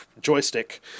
joystick